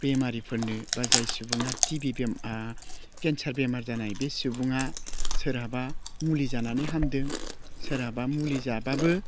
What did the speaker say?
बेमारिफोरनो बा जाय सुबुङा टिबि बेमार केन्सार बेमार जानाय बे सुबुङा सोरहाबा मुलि जानानै हामदों सोरहाबा मुलि जाबाबो